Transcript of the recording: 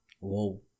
Whoa